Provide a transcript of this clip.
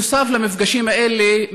נוסף על המפגשים האלה,